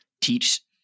teach